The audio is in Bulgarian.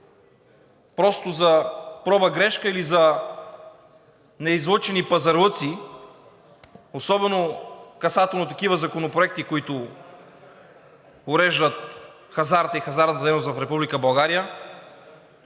просто за проба – грешка или за неизлъчени пазарлъци, особено касателно такива законопроекти, които уреждат хазарта и хазартната дейност в